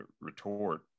retort